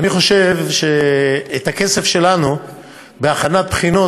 אני חושב שאת הכסף שלנו בהכנת בחינות,